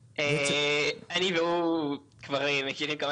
אני והוא כבר מכירים כמה שנים.